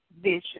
vision